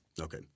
Okay